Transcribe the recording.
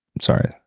Sorry